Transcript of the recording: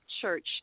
Church